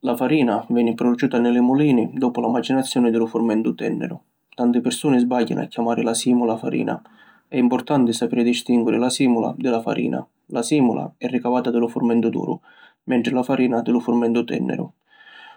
La farina veni produciuta ni li mulini doppu la macinazioni di lu furmentu tenniru. Tanti pirsuni sbagghianu a chiamari la simula ‘Farina’. È importanti sapiri distinguiri la simula di la farina. La simula è ricavata di lu furmentu duru mentri la farina di lu furmentu tenniru.